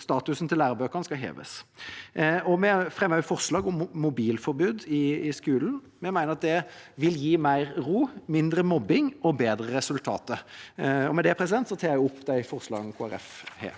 statusen til lærebøkene skal heves. Vi fremmer også forslag om mobilforbud i skolen. Vi mener at det vil gi mer ro, mindre mobbing og bedre resultater. Med det tar jeg opp de forslagene